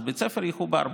אז בית ספר יחובר.